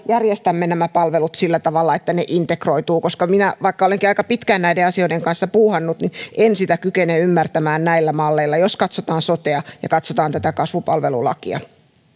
järjestämme nämä palvelut sillä tavalla että ne integroituvat minä vaikka olenkin aika pitkään näiden asioiden kanssa puuhannut en sitä kykene ymmärtämään näillä malleilla jos katsotaan sotea ja katsotaan tätä kasvupalvelulakia